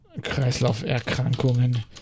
Kreislauferkrankungen